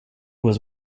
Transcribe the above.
was